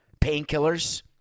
painkillers